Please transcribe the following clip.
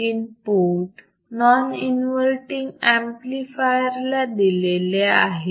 input non inverting amplifier ला दिलेले आहे